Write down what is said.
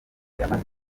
yamaze